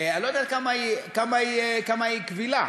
אני לא יודע עד כמה היא קבילה,